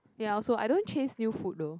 ya I also I don't chase new food though